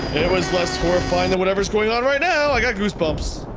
it was less horrifying then whatever is going on right now, i got goosebumps.